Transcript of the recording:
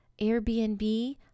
Airbnb